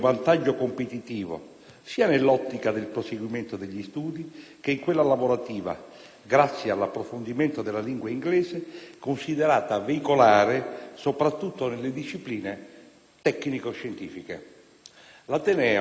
sia nell'ottica del proseguimento degli studi, che in quella lavorativa, grazie all'approfondimento della lingua inglese, considerata veicolare soprattutto nelle discipline tecnico-scientifiche. L'ateneo, pertanto,